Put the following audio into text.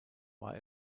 war